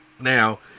Now